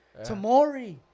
Tamori